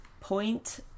point